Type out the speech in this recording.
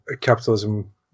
capitalism